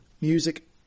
music